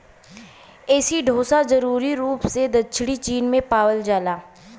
एसिडोसा जरूरी रूप से दक्षिणी चीन में पावल जाला